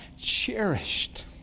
cherished